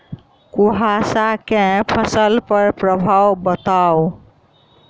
कुहासा केँ फसल पर प्रभाव बताउ?